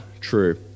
True